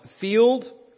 field